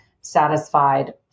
satisfied